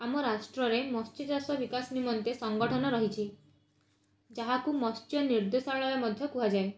ଆମ ରାଷ୍ଟ୍ରରେ ମତ୍ସ୍ୟ ଚାଷର ବିକାଶ ନିମନ୍ତେ ସଂଗଠନ ରହିଛି ଯାହାକୁ ମତ୍ସ୍ୟ ନିର୍ଦ୍ଦେଶାଳୟ ମଧ୍ୟ କୁହାଯାଏ